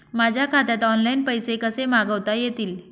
माझ्या खात्यात ऑनलाइन पैसे कसे मागवता येतील?